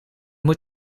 moet